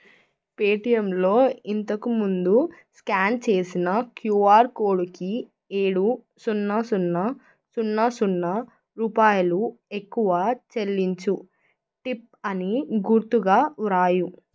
పేటిఎంలో ఇంతకు ముందు స్కాన్ చేసిన క్యూఆర్ కోడుకి ఏడు సున్నా సున్నా సున్నా సున్నా రూపాయలు ఎక్కువ చెల్లించు టిప్ అని గురుతుగా రాయి